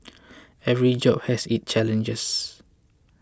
every job has its challenges